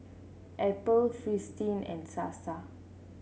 Apple Fristine and Sasa